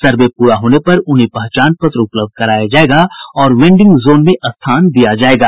सर्वे पूरा होने पर उन्हें पहचान पत्र उपलब्ध कराया जायेगा और वेंडिंग जोन में स्थान दिया जायेगा